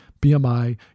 BMI